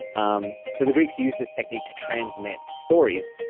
um so the greeks used this technique to transmit stories,